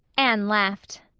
anne laughed.